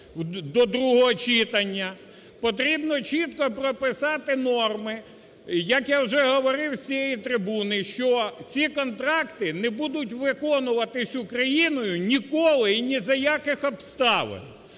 до другого читання, потрібно чітко прописати норми. Як я вже говорив з цієї трибуни, що ці контракти не будуть виконуватись Україною ніколи і ні за яких обставин,